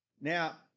Now